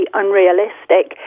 unrealistic